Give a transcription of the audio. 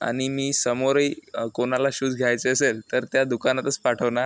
आणि मी समोरही कोणाला शूज घ्यायचे असेल तर त्या दुकानातच पाठवणार